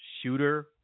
shooter